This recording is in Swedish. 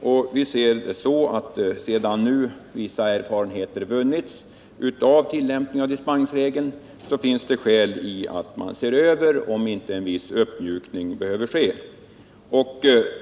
Vi reservanter ser det så att eftersom vissa erfarenheter nu har vunnits av tillämpningen finns det skäl att undersöka om inte en viss uppmjukning behöver ske.